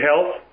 health